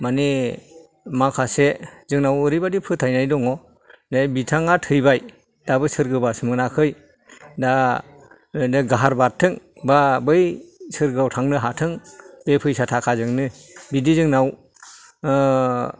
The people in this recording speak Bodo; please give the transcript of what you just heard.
माने माखासे जोंनाव ओरैबायदि फोथायनाय दङो बे बिथाङा थैबाय दाबो सोर्गोबास मोनाखै दा ओरैनो गाहार बारथों बा बै सोर्गोयाव थांनो हाथों बे फैसा थाखाजोंनो बिदि जोंनाव